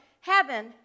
heaven